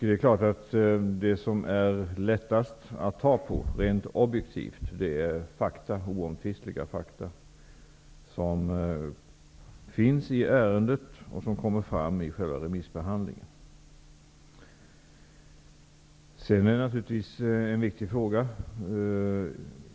Det är klart att det som är lättast att ta på rent objektivt är oomtvistliga fakta som finns i ärendet och som kommer fram i själva remissbehandlingen. Man kan resonera om Sakab i stället.